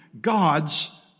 God's